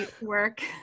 work